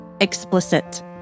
Explicit